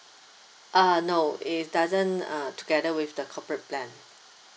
uh no it doesn't uh together with the corporate plan